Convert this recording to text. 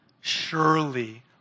surely